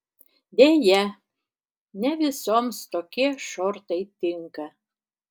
deja ne visoms tokie šortai tinka